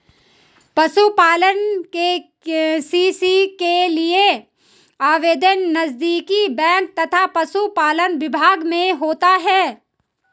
पशुपालन के.सी.सी के लिए आवेदन नजदीकी बैंक तथा पशुपालन विभाग में होता है